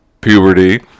puberty